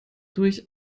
durch